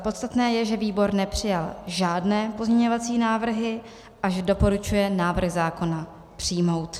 Podstatné je, že výbor nepřijal žádné pozměňovací návrhy a že doporučuje návrh zákona přijmout.